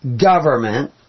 government